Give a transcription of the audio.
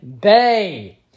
Bay